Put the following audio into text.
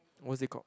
what's it called